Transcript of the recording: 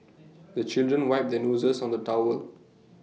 the children wipe their noses on the towel